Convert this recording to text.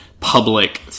public